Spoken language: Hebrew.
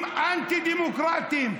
והעברתם חוקים אנטי-דמוקרטיים,